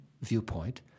Viewpoint